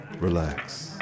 Relax